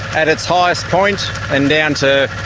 at its highest point and down to.